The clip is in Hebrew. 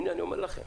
הנה אני אומר לכם,